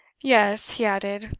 yes, he added,